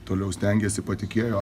toliau stengėsi patikėjo